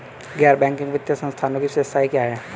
गैर बैंकिंग वित्तीय संस्थानों की विशेषताएं क्या हैं?